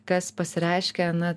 kas pasireiškia na